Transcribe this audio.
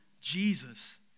Jesus